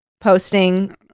posting